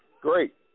great